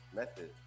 method